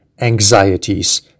anxieties